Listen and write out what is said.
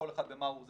כל אחד ומה הוא עושה,